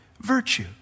virtue